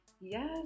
Yes